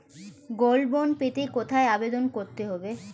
Gold bond পেতে কোথায় আবেদন করতে হবে?